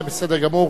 זה בסדר גמור.